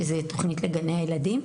שזו תכנית לגני ילדים.